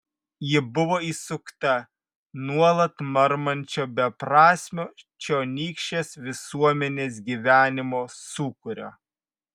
ji buvo įsukta nuolat marmančio beprasmio čionykštės visuomenės gyvenimo sūkurio